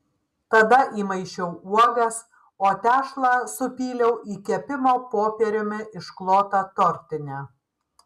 tada įmaišiau uogas o tešlą supyliau į kepimo popieriumi išklotą tortinę